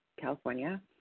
California